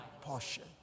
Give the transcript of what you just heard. portion